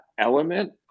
element